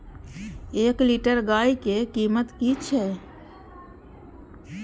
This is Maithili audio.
एक लीटर गाय के कीमत कि छै?